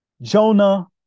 Jonah